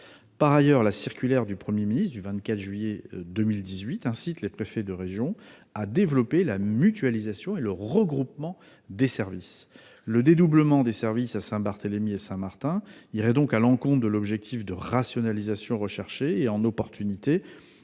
Par ailleurs, la circulaire du Premier ministre du 24 juillet 2018 incite les préfets de région à développer la mutualisation et le regroupement de services. Le dédoublement des services à Saint-Barthélemy et à Saint-Martin irait à l'encontre de l'objectif de rationalisation et serait peu opportun